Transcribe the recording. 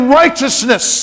righteousness